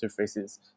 interfaces